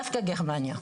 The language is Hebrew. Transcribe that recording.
דווקא גרמניה.